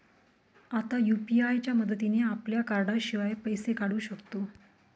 आता यु.पी.आय च्या मदतीने आपल्या कार्डाशिवाय पैसे काढू शकतो